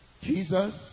Jesus